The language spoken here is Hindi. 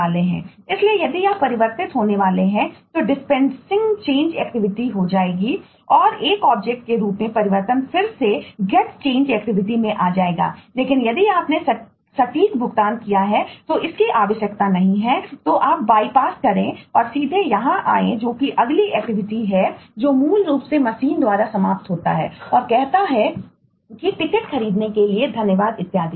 इसलिए यदि आप परिवर्तित होने वाले हैं तो डिस्पेंसिंग चेंज एक्टिविटी द्वारा समाप्त होता है और कहता है कि टिकट खरीदने के लिए धन्यवाद इत्यादि